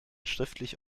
schriftlich